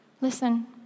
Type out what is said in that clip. Listen